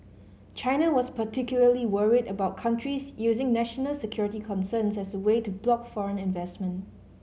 China was particularly worried about countries using national security concerns as a way to block foreign investment